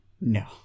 no